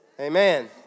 amen